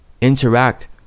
interact